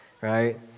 right